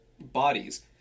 bodies